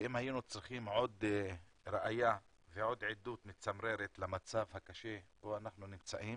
ואם היינו צריכים עוד ראיה ועוד עדות מצמררת למצב הקשה בו אנחנו נמצאים